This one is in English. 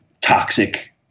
toxic